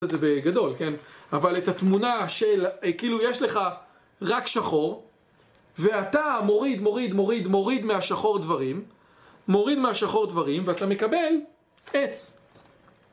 זה בגדול כן, אבל את התמונה של כאילו יש לך רק שחור, ואתה מוריד מוריד מוריד מוריד מהשחור דברים, מוריד מהשחור דברים ואתה מקבל עץ